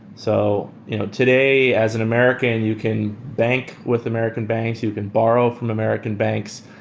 so you know today, as an american, you can bank with american banks. you can borrow from american banks,